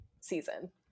season